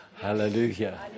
Hallelujah